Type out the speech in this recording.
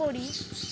কুড়ি